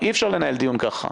אי אפשר לנהל דיון ככה.